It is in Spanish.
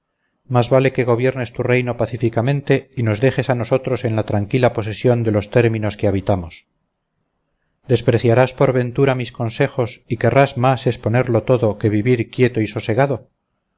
más vale que gobiernes tu reino pacíficamente y nos dejes a nosotros en la tranquila posesión de los términos que habitamos despreciarás por ventura mis consejos y querrás más exponerlo todo que vivir quieto y sosegado